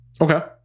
Okay